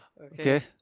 Okay